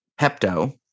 Pepto